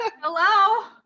Hello